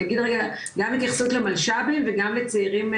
אני אגיד רגע גם התייחסות למלש"בים וגם לצעירים,